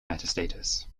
metastasis